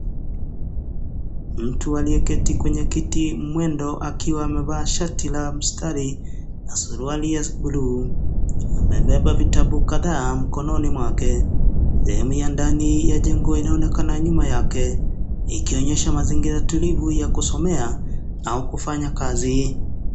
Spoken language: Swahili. Mtu aliyeketi kwenye kiti mwendo akiwa amevaa shati la mstari na suruali la bluu. Amebeba vitabu kadhaa mkononi mwake sehemu ya ndani ya jengo inayoonekana nyuma yake ikionyesha mazingira tulivu ya kusomea au kufanya kazi.